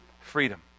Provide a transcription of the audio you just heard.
freedom